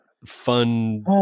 fun